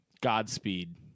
Godspeed